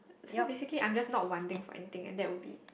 so basically I'm just not wanting for anything and that will be